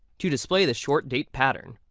to display the short date pattern.